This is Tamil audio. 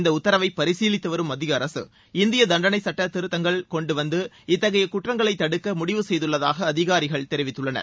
இந்த உத்தரவை பரிசீலித்துவரும் மத்திய அரக இந்திய தண்டனைச் சுட்டத்திவ்ட திருத்தங்கள் கொண்டுவந்து இத்தகைய குற்றங்களை தடுக்க முடிவு செய்துள்ளதாக அதிகாரிகள் தெரிவித்துள்ளனர்